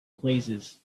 places